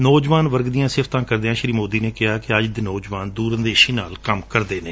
ਨੌਜਵਾਨ ਵਰਗ ਦੀਆ ਸਿਫਤਾ ਕਰਦਿਆ ਸ੍ਰੀ ਮੋਦੀ ਨੇ ਕਿਹਾ ਕਿ ਅੱਜ ਦੇ ਨੌਜਵਾਨ ਦੂਰ ਅੰਦੇਸ਼ੀ ਨਾਲ ਕੰਮ ਕਰਦੇ ਨੇ